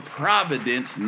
providence